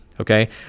okay